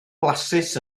blasus